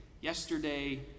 yesterday